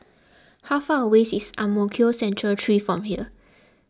how far away is Ang Mo Kio Central three from here